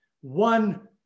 one